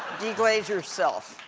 deglaze yourself.